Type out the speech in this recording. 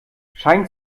scheint